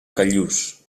callús